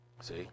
See